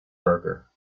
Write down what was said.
burger